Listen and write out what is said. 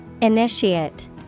Initiate